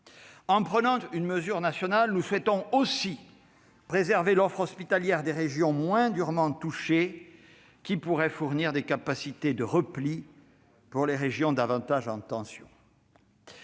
En prenant une mesure nationale, nous souhaitons aussi préserver l'offre hospitalière des régions moins durement touchées, qui pourraient fournir des capacités de repli pour les régions davantage en tension.